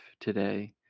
today